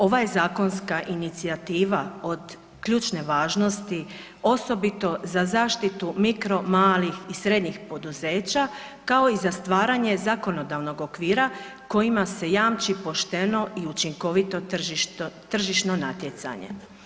Ova je zakonska inicijativa od ključne važnosti osobito za zaštitu mikro malih i srednjih poduzeća, kao i za stvaranje zakonodavnog okvira kojima se jamči pošteno i učinkovito tržišno natjecanje.